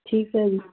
ਠੀਕ ਹੈ ਜੀ